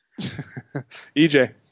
EJ